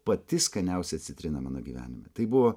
pati skaniausia citrina mano gyvenime tai buvo